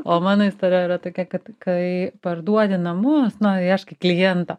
o mano istorija yra tokia kad kai parduodi namus nu ieškai kliento